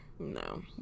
No